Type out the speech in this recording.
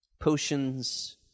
potions